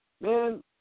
Man